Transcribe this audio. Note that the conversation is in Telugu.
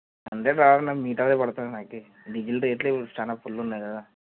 హండ్రెడ్ రాదన్న మిగతాది పడుతుంది నాకి డీజిల్ రేట్ చాలా ఫుల్ ఉన్నాయి కదా